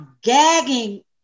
gagging